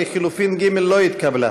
לחלופין ב' לא התקבלה.